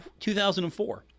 2004